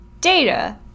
Data